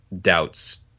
doubts